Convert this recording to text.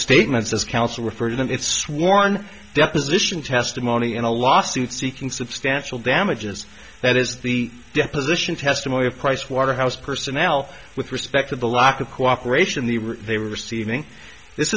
statements this council refer to them it's sworn deposition testimony in a lawsuit seeking substantial damages that is the deposition testimony of pricewaterhouse personnel with respect to the lack of cooperation the they were receiving this